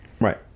right